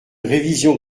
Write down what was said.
révision